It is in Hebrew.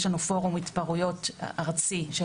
יש לנו פורום התפרעויות ארצי של